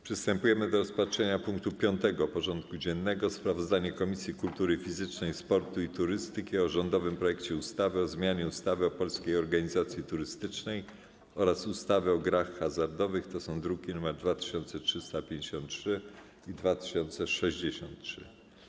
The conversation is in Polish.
Przystępujemy do rozpatrzenia punktu 5. porządku dziennego: Sprawozdanie Komisji Kultury Fizycznej, Sportu i Turystyki o rządowym projekcie ustawy o zmianie ustawy o Polskiej Organizacji Turystycznej oraz ustawy o grach hazardowych (druki nr 2353 i 2363)